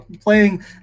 playing